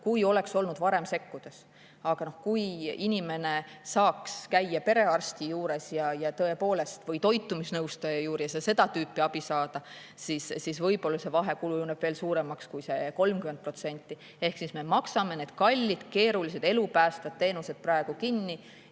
kui oleks olnud varem sekkudes. Aga kui inimene saaks käia perearsti juures või toitumisnõustaja juures ja saaks seda tüüpi abi, siis võib-olla see vahe kujuneks suuremaks kui 30%. Ehk siis me maksame need kallid keerulised elupäästvad teenused praegu kinni,